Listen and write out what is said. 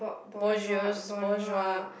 bourgeois bourgeois